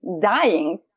dying